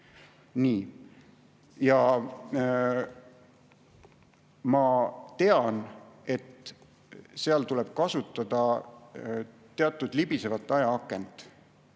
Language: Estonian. Nii. Ma tean, et seal tuleb kasutada teatud libisevat ajaakent.